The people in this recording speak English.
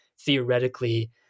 theoretically